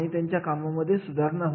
त्यांचे मूल्यांकन करण्यात आले